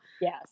Yes